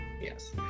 yes